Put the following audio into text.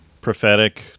Prophetic